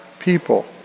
people